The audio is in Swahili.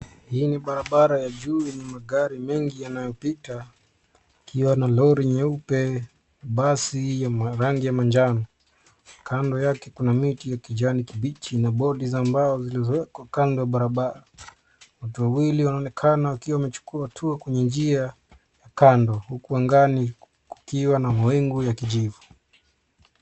Hii ni barabara ya juu yenye magari mengi yanayopita kukiwa na lori nyeupe, basi ya rangi ya manjano. Kando yake kuna miti ya kijani kibichi na board za mbao zilizowekwa kando ya barabara. Watu wawili wanaonekana wakiwa wamechukua hatua kwenye njia kando huku angani kukiwa na mawingu ya kijivu.